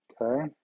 Okay